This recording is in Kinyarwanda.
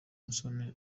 musoni